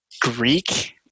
greek